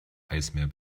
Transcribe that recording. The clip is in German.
eismeer